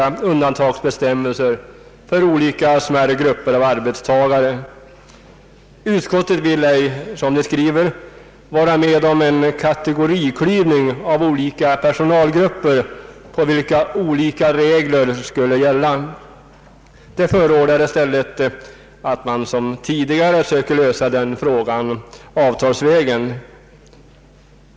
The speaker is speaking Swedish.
allmän arbetstidslag, m.m. stämmelser för olika smärre grupper av arbetstagare. Utskottet vill ej, som det skriver, vara med om en kategoriklyvning av olika personalgrupper för vilka olika regler skulle gälla. Utskottet förordar i stället att man liksom tidigare söker lösa frågan avtalsvägen.